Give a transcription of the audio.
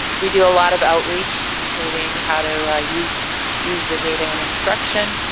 we do a lot of outreach including how to use use the data and instruction.